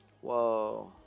Whoa